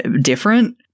different